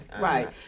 Right